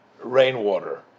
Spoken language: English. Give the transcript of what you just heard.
rainwater